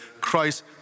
Christ